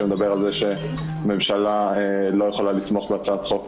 שמדבר על זה שממשלה לא יכולה לתמוך בהצעת חוק